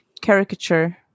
Caricature